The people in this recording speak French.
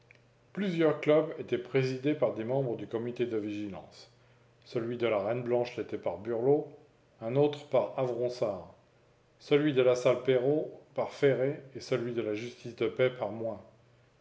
plusieurs clubs étaient présidés par des membres du comité de vigilance celui de la reine blanche l'était par burlot un autre par avronsart celui de la salle perot par ferré et celui de la justice de paix par moi